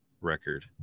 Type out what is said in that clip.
record